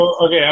Okay